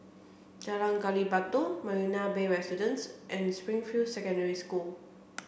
Jalan Gali Batu Marina Bay Residences and Springfield Secondary School